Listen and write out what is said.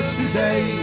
today